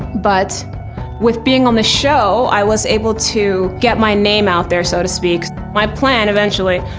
but with being on this show, i was able to get my name out there, so to speak. my plan, eventually,